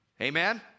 Amen